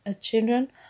children